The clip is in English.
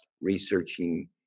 researching